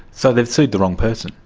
so they've sued the wrong person.